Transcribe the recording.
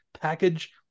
package